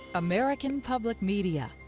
american public media